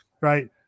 right